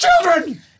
children